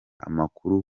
amakuru